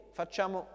facciamo